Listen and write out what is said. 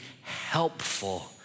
helpful